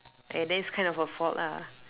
!aiya! then it's kind of her fault lah